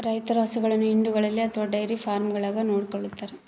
ರೈತರು ಹಸುಗಳನ್ನು ಹಿಂಡುಗಳಲ್ಲಿ ಅಥವಾ ಡೈರಿ ಫಾರ್ಮ್ಗಳಾಗ ನೋಡಿಕೊಳ್ಳುತ್ತಾರೆ